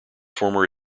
former